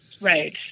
Right